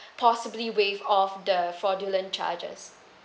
possibly waive off the fraudulent charges